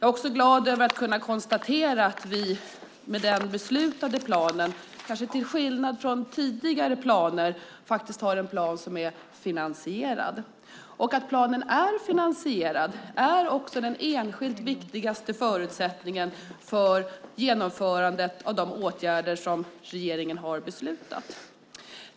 Jag är glad över att kunna konstatera att vi med den beslutade planen, kanske till skillnad från tidigare planer, har en plan som är finansierad. Att planen är finansierad är den enskilt viktigaste förutsättningen för genomförandet av de åtgärder som regeringen har beslutat.